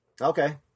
okay